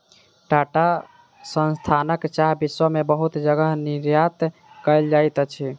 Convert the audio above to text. टाटा संस्थानक चाह विश्व में बहुत जगह निर्यात कयल जाइत अछि